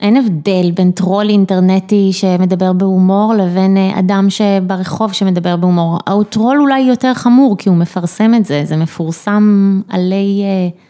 אין הבדל בין טרול אינטרנטי שמדבר בהומור לבין אדם שברחוב שמדבר בהומור. הטרול אולי יותר חמור כי הוא מפרסם את זה, זה מפורסם עלי...